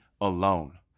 alone